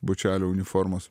bučelio uniformos